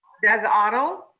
doug otto.